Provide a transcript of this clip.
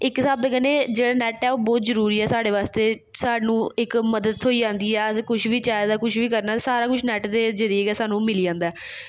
इक स्हाबै कन्नै जेह्ड़ा नैट ऐ ओह् बौह्त जरूरी ऐ साढ़े बास्तै सानूं इक मदद थ्होई जंदी ऐ अस कुछ बी चाहिदा कुछ बी करना ते सारा कुछ नैट दे जरियै गै सानूं मिली जंदा ऐ